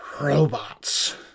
Robots